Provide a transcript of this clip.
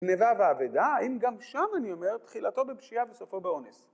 גניבה ואבדה, האם גם שם אני אומר, תחילתו בפשיעה וסופו באונס.